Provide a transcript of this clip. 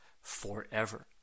forever